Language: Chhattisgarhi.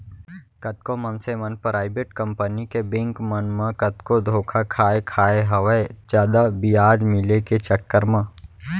कतको मनसे मन पराइबेट कंपनी के बेंक मन म कतको धोखा खाय खाय हवय जादा बियाज मिले के चक्कर म